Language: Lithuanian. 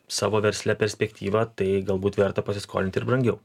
savo versle perspektyvą tai galbūt verta pasiskolint ir brangiau